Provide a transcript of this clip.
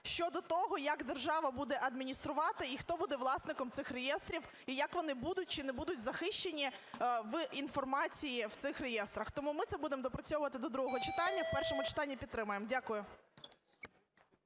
щодо того, як держава буде адмініструвати і хто буде власником цих реєстрів, і як вони будуть чи не будуть захищені в інформації в цих реєстрах. Тому ми це будемо доопрацьовувати до другого читання. В першому читанні підтримаємо. Дякую.